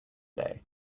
day